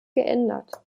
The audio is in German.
geändert